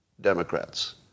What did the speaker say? Democrats